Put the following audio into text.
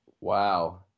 Wow